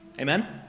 Amen